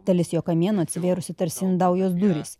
dalis jo kamieno atsivėrusi tarsi indaujos durys